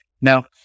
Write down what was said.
Now